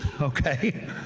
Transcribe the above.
Okay